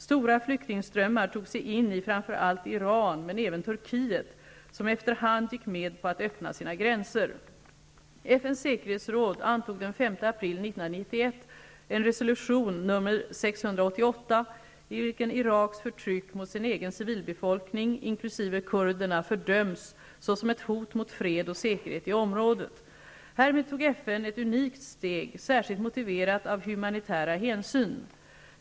Stora flyktingströmmar tog sig in i framför allt Iran men även i Turkiet, som efter hand gick med på att öppna sina gränser. FN:s säkerhetsråd antog den 5 april 1991 en resolution, nr 688, i vilken Iraks förtryck mot sin egen civilbefolkning, inkl. kurderna, fördöms såsom ett hot mot fred och säkerhet i området. Härmed tog FN ett unikt steg, särskilt motiverat av humanitära hänsyn.